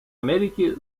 америки